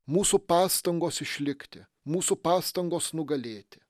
mūsų pastangos išlikti mūsų pastangos nugalėti